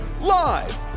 live